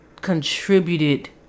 contributed